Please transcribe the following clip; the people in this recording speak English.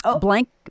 blank